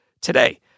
today